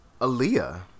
Aaliyah